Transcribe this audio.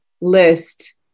list